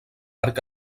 arc